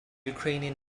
ukrainian